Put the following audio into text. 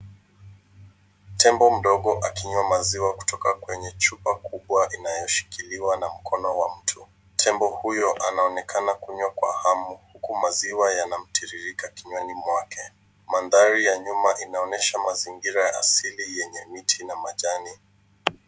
Tembo mdogo akinywa maziwa kutoka kwenye chupa kubwa inayoshikiliwa na mkono wa mtu. Tembo huyo anaonekana kunywa kwa hamu huku maziwa yakimtiririka kinywani mwake. Mandhari ya nyuma inaonesha mazingira ya asili yenye miti na majani.